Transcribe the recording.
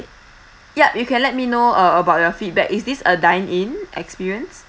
ya you can let me know uh about your feedback is this a dine in experience